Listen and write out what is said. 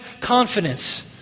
confidence